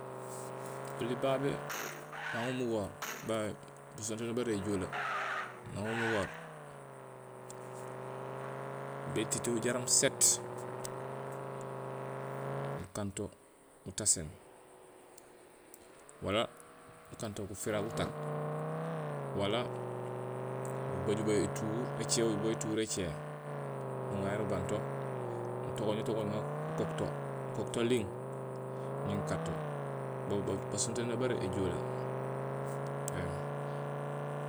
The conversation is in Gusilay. Oli babé nang umugoor babé busonténoor bara éjoole. Nang umugoor bétito jaraam séét nu kanto mutaséén wala nu kanto gufira gutaak wala nubajul babu étuhuur écéé uyubo étuhuur écéé nuŋayo nubanto nutogooñ utogooñ nuŋaar ukook to ukook to ling ñé nukaat to ba- ba basonténé bara éjoole éém